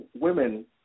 women